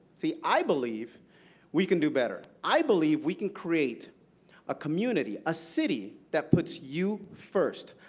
see, i believe we can do better. i believe we can create a community, a city, that puts you first.